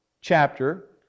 chapter